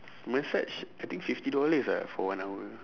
massage I think fifty dollars ah for one hour